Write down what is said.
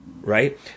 right